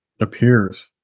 appears